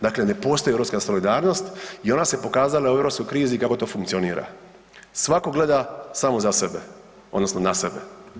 Dakle, ne postoji europska solidarnost i ona se pokazala u europskoj krizi kako to funkcionira, svako gleda svako na sebe odnosno na sebe.